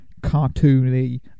cartoony